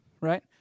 right